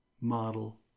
model